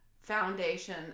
foundation